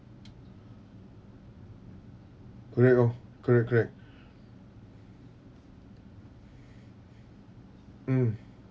correct oh correct correct mm